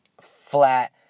flat